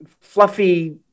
fluffy